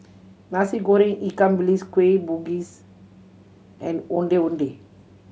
Nasi Goreng ikan bilis Kueh Bugis and Ondeh Ondeh